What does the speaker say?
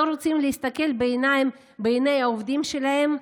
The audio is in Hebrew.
לא רוצים להסתכל בעיני העובדים שלהם?